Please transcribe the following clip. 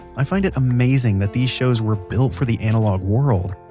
i find it amazing that these shows were built for the analog world,